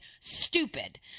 stupid